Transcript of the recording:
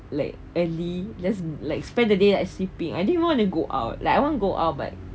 like really let's like spend the day like sleeping I didn't even want to go out I want go out but